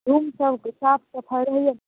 room सभकेँ साफ सफाई रहैया